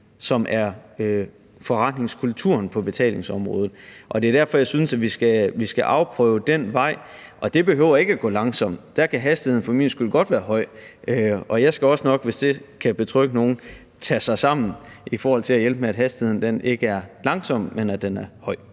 som er forretningskulturen på betalingsområdet. Det er derfor, jeg synes, vi skal afprøve den vej. Det behøver ikke at gå langsomt. Der kan hastigheden for min skyld godt være høj. Og jeg skal også nok, hvis det kan betrygge nogen, »tage mig sammen« i forhold til at hjælpe med, at hastigheden ikke er lav, men at den er høj.